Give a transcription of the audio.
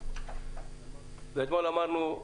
ואתמול אמרנו,